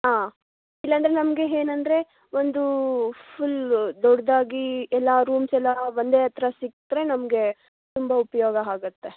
ಹಾಂ ಇಲ್ಲ ಅಂದರೆ ನಮಗೆ ಏನಂದ್ರೆ ಒಂದು ಫುಲ್ಲು ದೊಡ್ಡದಾಗಿ ಎಲ್ಲ ರೂಮ್ಸ್ ಎಲ್ಲ ಒಂದೇ ಹತ್ರ ಸಿಕ್ಕಿದ್ರೆ ನಮಗೆ ತುಂಬ ಉಪಯೋಗ ಆಗತ್ತೆ